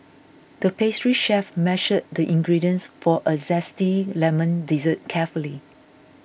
the pastry chef measured the ingredients for a Zesty Lemon Dessert carefully